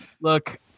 Look